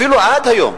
אפילו עד היום,